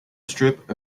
strip